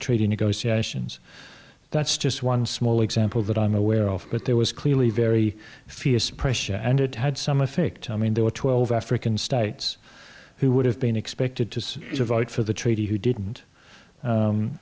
in negotiations that's just one small example that i'm aware of but there was clearly very fierce pressure and it had some effect i mean there were twelve african states who would have been expected to vote for the treaty who didn't